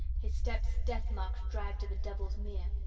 his steps death-marked dragged to the devils' mere.